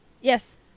Yes